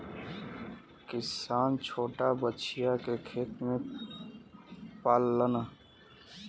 किसान छोटा बछिया के खेत में पाललन